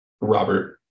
Robert